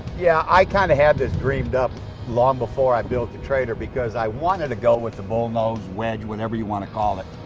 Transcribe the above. yeah, i kind of had this dreamed up long before i built the trailer, because i wanted to go with the bull nose wedge, whatever you want to call it,